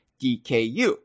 DKU